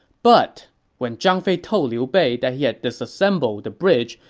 but when zhang fei told liu bei that he had disassembled the bridge,